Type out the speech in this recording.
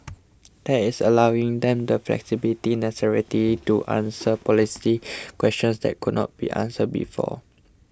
that is allowing them the flexibility to answer policy tea questions that could not be answered before